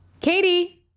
Katie